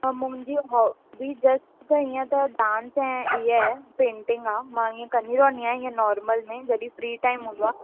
त मुंहिंजी hobby just त इयं त डांस ऐं इयं आहे पेंटिंग आहे मां इयं कंदी रहंदी आहे इयं नार्मल में जॾहिं फ्री टाइम हूंदो आहे